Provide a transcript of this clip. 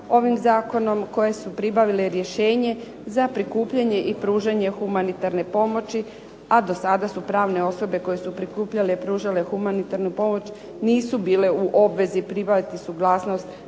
ovim zakonom koje su pribavile rješenje za prikupljanje i pružanje humanitarne pomoći a do sada su pravne osobe koje su prikupljanje i pružanje humanitarne pomoć nisu bile u obvezi pribaviti suglasnost